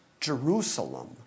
Jerusalem